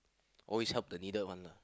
oh is help the needle one lah